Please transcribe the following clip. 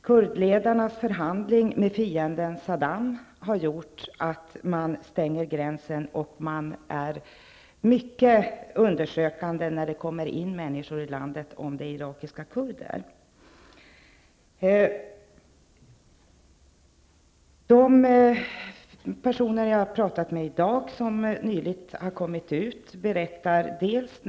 Kurdledarnas förhandling med fienden Saddam har gjort att man har stängt gränsen och att man noggrant undersöker människor som kommer in i landet om de irakiska kurder. De personer jag har pratat med i dag, som nyligen har kommit ut från landet, har berättat om vad som hänt dem.